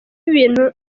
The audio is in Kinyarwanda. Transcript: ibintu